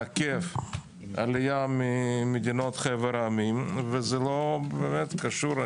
לעכב עלייה ממדינות חבר העמים וזה לא קשור.